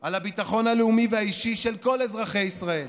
על הביטחון הלאומי והאישי של כל אזרחי ישראל